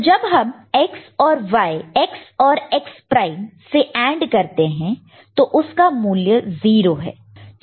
तो जब हम X को X प्राइम से AND करते हैं तो उसका मूल्य 0 हैं